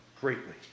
greatly